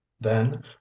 Then